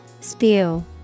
Spew